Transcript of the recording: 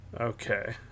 Okay